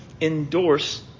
endorse